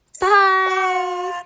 Bye